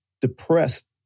depressed